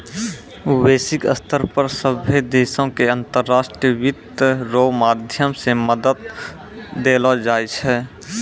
वैश्विक स्तर पर सभ्भे देशो के अन्तर्राष्ट्रीय वित्त रो माध्यम से मदद देलो जाय छै